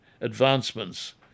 advancements